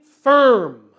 firm